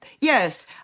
yes